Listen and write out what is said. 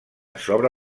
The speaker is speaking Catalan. sobre